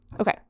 Okay